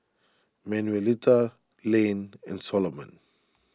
Manuelita Layne and Solomon